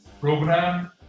program